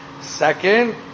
Second